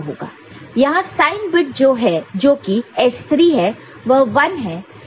यहां sign bit जो कि S3 है वह 1 है